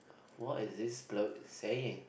what is this bro saying